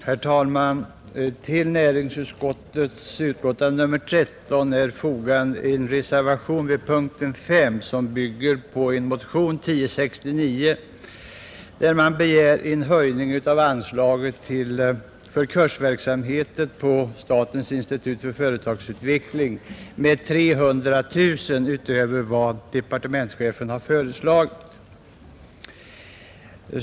Herr talman! Till punkten 5 i näringsutskottets betänkande nr 13 har fogats en reservation som bygger på en motion, nr 1069, där det begärs en höjning av anslaget till kursverksamhet vid statens institut för företagsutveckling med 300 000 kronor utöver vad departementschefen har föreslagit.